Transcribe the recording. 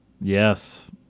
Yes